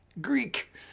Greek